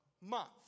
month